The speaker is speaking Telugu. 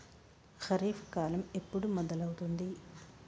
ఖరీఫ్ కాలం ఎప్పుడు మొదలవుతుంది?